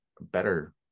better